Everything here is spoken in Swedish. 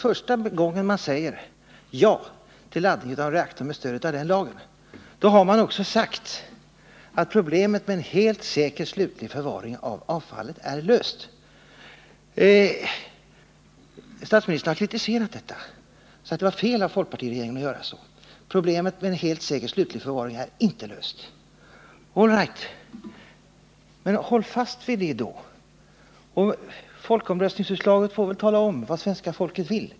Första gången man säger ja till laddning av en reaktor med stöd av den lagen, så har man ju också sagt att problemet med en helt säker slutlig förvaring av avfallet är löst. Statsministern har kritiserat detta och sagt att det var fel av folkpartiregeringen att göra den tolkning man gjorde och att problemet med en helt säker slutlig förvaring av avfallet inte är löst. All right — men håll då fast vid detta! Folkomröstningsutslaget får väl tala om vad svenska folket vill.